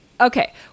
Okay